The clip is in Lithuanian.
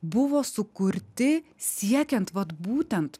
buvo sukurti siekiant vat būtent